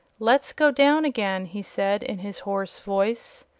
let's go down again! he said, in his hoarse voice.